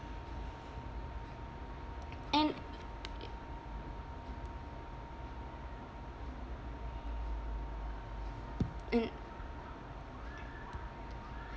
and mm